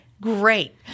Great